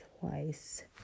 twice